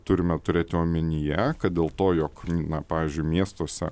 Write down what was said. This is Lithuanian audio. turime turėti omenyje kad dėl to jog na pavyzdžiui miestuose